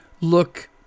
look